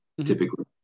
Typically